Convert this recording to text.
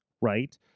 Right